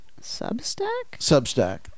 Substack